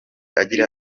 agira